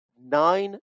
nine